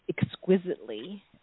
exquisitely